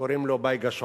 קוראים לו בייגה שוחט,